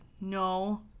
No